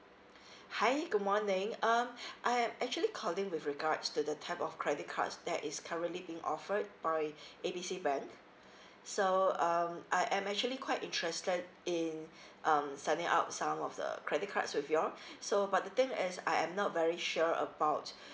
hi good morning um I am actually calling with regards to the type of credit cards that is currently being offered by A B C bank so um I am actually quite interested in um signing up some of the credit cards with you all so but the thing is I am not very sure about